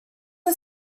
are